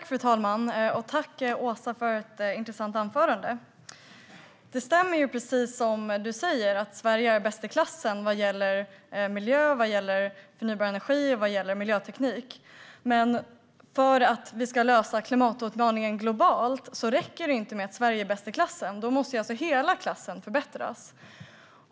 Fru talman! Tack för ett intressant anförande, Åsa! Det stämmer att Sverige är bäst i klassen vad gäller miljö, förnybar energi och miljöteknik. Men för att lösa den globala klimatutmaningen räcker det inte att Sverige är bäst i klassen. Då måste hela klassen förbättras.